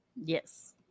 Yes